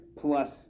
plus